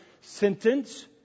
sentence